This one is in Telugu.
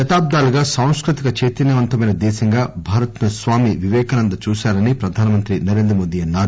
శతాబ్దాలుగా సాంస్పుతిక చైతన్యవంతమైన దేశంగా భారత్ ను స్వామి విపేకానంద చూశారని ప్రధానమంత్రి నరేంద్రమోదీ అన్నారు